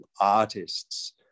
artists